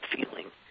feeling